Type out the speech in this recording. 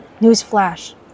newsflash